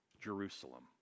jerusalem